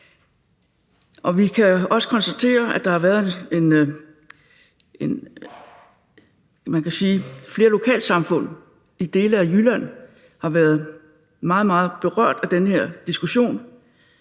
Vi kan også konstatere, at flere lokalsamfund i dele af Jylland har været meget, meget berørt af den her diskussion